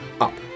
up